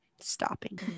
stopping